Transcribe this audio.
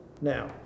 Now